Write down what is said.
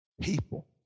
people